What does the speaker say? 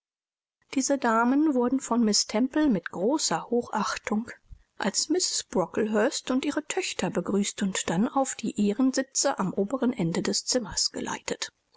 diese damen wurden von miß temple mit großer hochachtung als mrs brocklehurst und ihre töchter begrüßt und dann auf die ehrensitze am oberen ende des zimmers geleitet